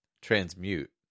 transmute